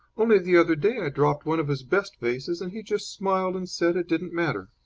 only the other day i dropped one of his best vases, and he just smiled and said it didn't matter.